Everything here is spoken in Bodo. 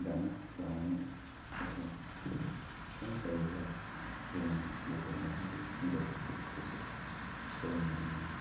दाना लानानै फटक थिखां जायोब्ला जोंनि बर'माहारि हिनजावफोरखौ बेसेबा समायना नुयो